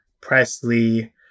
Presley